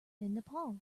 nepal